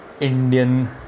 Indian